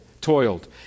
toiled